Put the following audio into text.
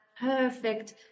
perfect